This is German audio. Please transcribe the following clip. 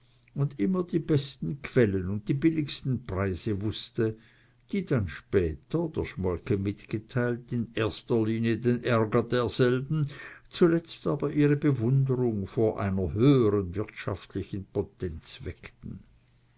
und immer die besten quellen und die billigsten preise wußte preise die dann später der schmolke mitgeteilt in erster linie den ärger derselben zuletzt aber ihre bewunderung vor einer höheren wirtschaftlichen potenz weckten